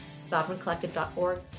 Sovereigncollective.org